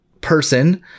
person